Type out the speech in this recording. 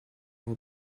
all